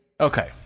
Okay